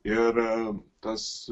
ir tas